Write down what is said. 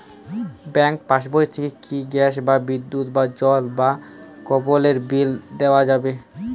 Bank পাশবই থেকে কি গ্যাস বা বিদ্যুৎ বা জল বা কেবেলর বিল দেওয়া যাবে?